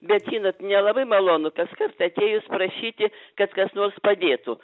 bet žinot nelabai malonu kaskart atėjus prašyti kad kas nors padėtų